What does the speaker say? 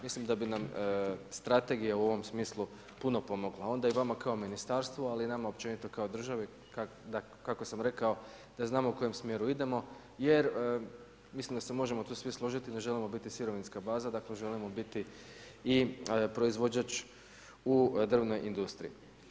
Mislim da bi nam strategija u ovom smislu puno pomogla, onda i vama kao ministarstvu, ali i nama općenito kao državi kako sam rekao da znamo u kojem smjeru idemo jer mislim da se možemo tu svi složiti, ne želimo biti sirovinska baza, dakle želimo biti i proizvođač u drvnoj industriji.